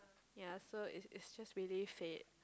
ya so it's it's just really fate